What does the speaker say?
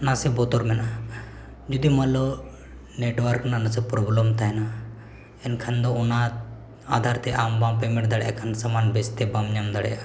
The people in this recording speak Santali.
ᱱᱟᱥᱮ ᱵᱚᱛᱚᱨ ᱢᱮᱱᱟᱜᱼᱟ ᱡᱩᱫᱤ ᱢᱟᱱᱞᱳ ᱨᱮᱱᱟᱜ ᱱᱟᱥᱮ ᱛᱟᱦᱮᱱᱟ ᱮᱱᱠᱷᱟᱱ ᱫᱚ ᱚᱱᱟ ᱟᱫᱷᱟᱨᱛᱮ ᱟᱢ ᱵᱟᱢ ᱫᱟᱲᱮᱭᱟᱜ ᱠᱷᱟᱱ ᱥᱟᱢᱟᱱ ᱵᱮᱥᱛᱮ ᱵᱟᱢ ᱧᱟᱢ ᱫᱟᱲᱮᱭᱟᱜᱼᱟ